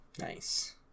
nice